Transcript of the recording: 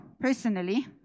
personally